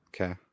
okay